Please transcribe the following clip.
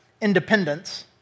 independence